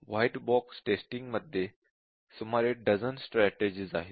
white box testing मध्ये सुमारे dozen strategies आहेत